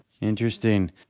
Interesting